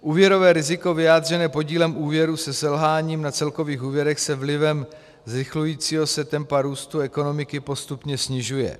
Úvěrové riziko vyjádřené podílem úvěru se selháním na celkových úvěrech se vlivem zrychlujícího se tempa růstu ekonomiky postupně snižuje.